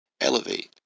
elevate